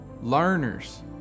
learners